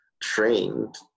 trained